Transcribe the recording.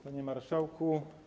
Panie Marszałku!